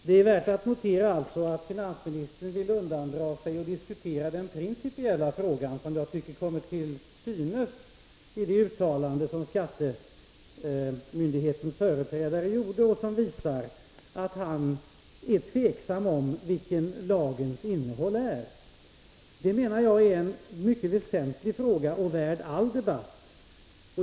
Herr talman! Det är värt att notera att finansministern vill undandra sig att diskutera den principiella frågan, som jag tycker kommer till uttryck i det uttalande som skattemyndighetens företrädare gjorde och som visar att han är tveksam om lagens innehåll. Det är en mycket väsentlig fråga, värd all debatt.